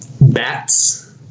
bats